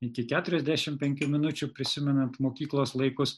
iki keturiasdešimt penkių minučių prisimenant mokyklos laikus